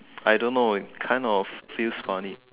I don't know it kind of feels funny